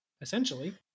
essentially